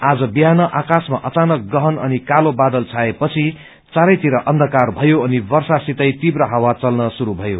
आज बिहान आकाशमा अचानक गहन अनि कालो बादल छाए पछि चारैतिर अन्यकार मयो अनि वर्षासितै तीव्र हावा चल्न श्रुरू मयो